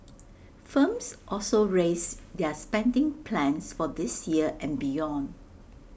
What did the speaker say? firms also raised their spending plans for this year and beyond